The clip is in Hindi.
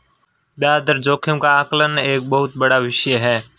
ब्याज दर जोखिम का आकलन एक बहुत बड़ा विषय है